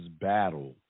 battle